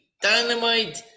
Dynamite